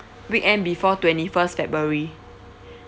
weekend before twenty first february